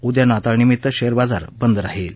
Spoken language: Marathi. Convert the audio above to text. उदया नाताळनिमित्त शेअर बाजार बंद राहील